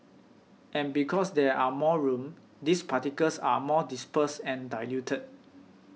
and because there are more room these particles are more dispersed and diluted